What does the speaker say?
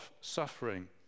suffering